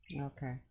Okay